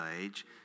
age